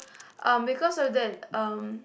um because of that um